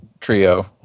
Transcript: trio